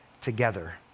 together